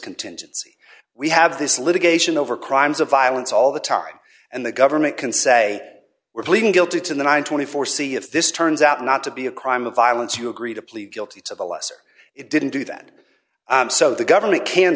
contingency we have this litigation over crimes of violence all the time and the government can say we're pleading guilty to the one hundred and twenty four dollars see if this turns out not to be a crime of violence you agree to plead guilty to the lesser it didn't do that so the government can